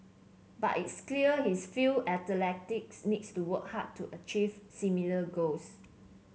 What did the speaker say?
but it's clear his feel athletics needs to work hard to achieve similar goals